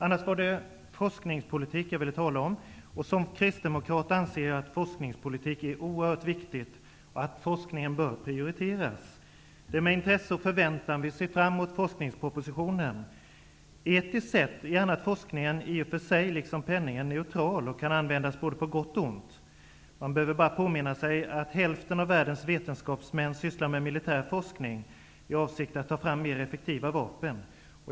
Annars var det forskningspolitik jag ville tala om. Som kristdemokrat anser jag att forskningspolitiken är oerhört viktig och att forskningen bör prioriteras. Det är med intresse och förväntan vi ser fram emot forskningspropositionen. Etiskt sett är annars forskningen i och för sig, liksom penningen, neutral och kan användas på både gott och ont. Man behöver bara påminna sig att hälften av världens vetenskapsmän sysslar med militär forskning, i avsikt att ta fram än mer effektiva vapen.